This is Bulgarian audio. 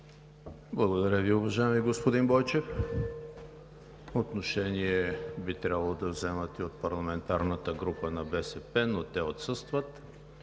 Благодаря Ви, уважаеми господин Бойчев. Отношение би трябвало да вземат и от парламентарната група на БСП, но те отсъстват.